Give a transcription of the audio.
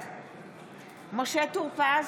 בעד משה טור פז,